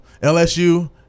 LSU